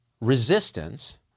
resistance